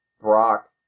Brock